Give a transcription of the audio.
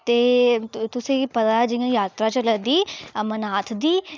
ते तुसेंगी पता ऐ जि'यां जात्तरा चलै'रदी अमरनाथ दी